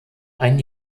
ein